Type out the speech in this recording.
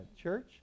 church